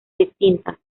distintas